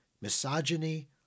misogyny